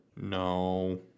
No